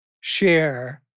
share